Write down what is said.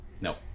No